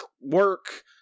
work